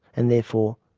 and therefore,